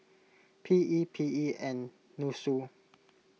P E P E and Nussu